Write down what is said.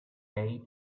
made